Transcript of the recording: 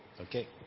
Okay